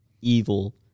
evil